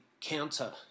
counter